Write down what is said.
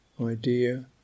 idea